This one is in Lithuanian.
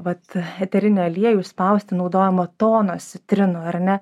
vat eterinį aliejų išspausti naudojama tonos citrinų ar ne